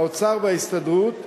האוצר וההסתדרות,